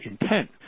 intent